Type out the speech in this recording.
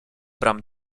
bram